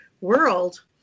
world